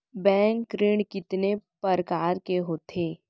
Bank ऋण कितने परकार के होथे ए?